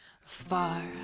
Far